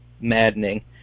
maddening